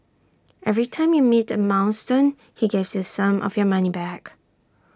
every time you meet A milestone he gives you some of your money back